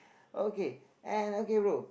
okay and okay bro